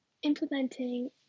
Implementing